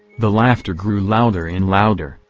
the laughter grew louder and louder,